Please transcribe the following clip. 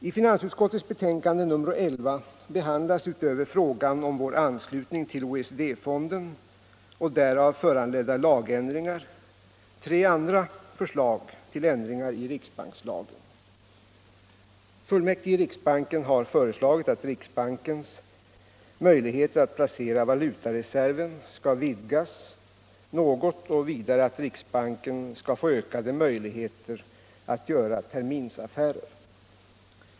I finansutskottets betänkande nr 11 behandlas utöver frågan om vår anslutning till OECD-fonden och därav föranledda lagändringar tre andra förslag till ändringar i riksbankslagen. Fullmäktige i riksbanken har föreslagit att riksbankens möjligheter att placera valutareserven skall vidgas något och vidare att riksbanken skall få ökade möjligheter att göra terminsaffärer.